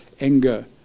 anger